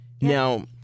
Now